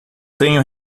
tenho